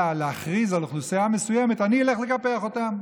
להכריז על אוכלוסייה מסוימת: אני אלך לקפח אותם,